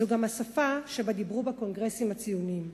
זו גם השפה שבה דיברו בקונגרסים הציוניים.